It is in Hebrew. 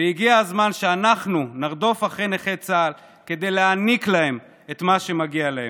והגיע הזמן שאנחנו נרדוף אחרי נכי צה"ל כדי להעניק להם את מה שמגיע להם.